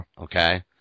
Okay